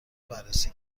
بررسی